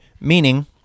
meaning